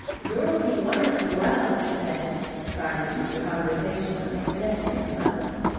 you're looking wonderfully well, she said trying to keep the conversation on a pedestrian level.